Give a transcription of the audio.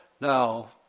now